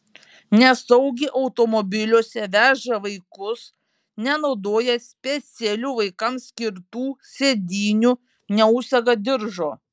nesaugiai automobiliuose veža vaikus nenaudoja specialių vaikams skirtų sėdynių neužsega diržo